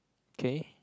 okay